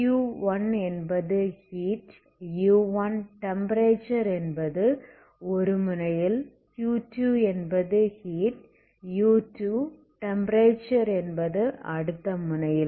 Q1என்பது heat u1டெம்ப்பரேச்சர் என்பது ஒரு முனையில் Q2என்பது ஹீட் u2 டெம்ப்பரேச்சர் என்பது அடுத்த முனையில்